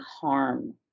harm